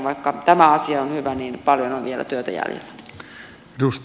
vaikka tämä asia on hyvä niin paljon on vielä työtä jäljellä